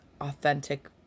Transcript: authentic